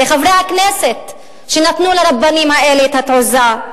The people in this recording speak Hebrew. אלה חברי הכנסת שנתנו לרבנים האלה את התעוזה.